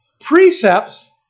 precepts